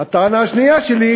מהטענה השנייה שלי,